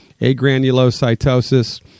agranulocytosis